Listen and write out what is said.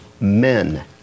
men